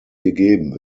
gegeben